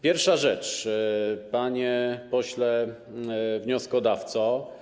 Pierwsza rzecz, panie pośle wnioskodawco.